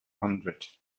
hundred